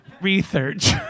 research